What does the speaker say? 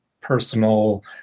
personal